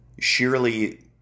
Surely